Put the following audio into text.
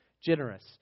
generous